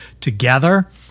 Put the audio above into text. together